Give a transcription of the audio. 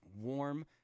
warm